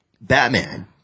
Batman